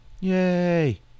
Yay